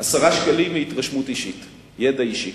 10 שקלים מהתרשמות אישית, ידע אישי.